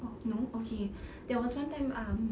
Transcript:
oh no okay there was one time um